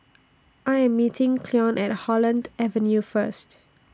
I Am meeting Cleon At Holland Avenue First